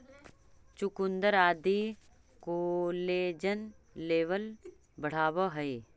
चुकुन्दर आदि collagen level बढ़ावऽ हई